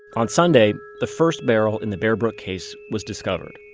on sunday, the first barrel in the bear brook case was discovered